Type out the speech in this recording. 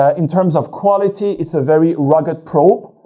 ah in terms of quality, it's a very rugged probe.